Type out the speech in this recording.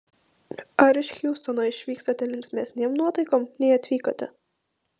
ar iš hjustono išvykstate linksmesnėm nuotaikom nei atvykote